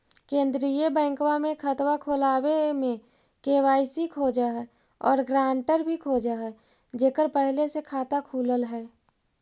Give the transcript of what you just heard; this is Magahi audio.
केंद्रीय बैंकवा मे खतवा खोलावे मे के.वाई.सी खोज है और ग्रांटर भी खोज है जेकर पहले से खाता खुलल है?